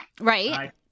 Right